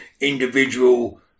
individual